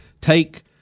take